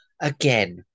again